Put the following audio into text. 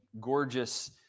gorgeous